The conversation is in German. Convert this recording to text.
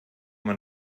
man